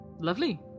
lovely